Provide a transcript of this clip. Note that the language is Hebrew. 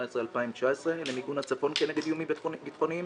ו-2019 למיגון הצפון כנגד איומים ביטחוניים